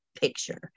picture